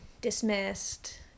dismissed